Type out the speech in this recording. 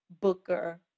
Booker